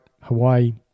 Hawaii